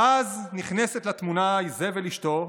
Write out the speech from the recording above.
ואז נכנסת לתמונה איזבל אשתו,